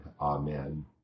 Amen